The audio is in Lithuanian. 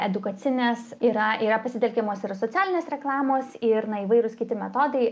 edukacinės yra yra pasitelkiamos ir socialinės reklamos ir na įvairūs kiti metodai